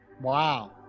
Wow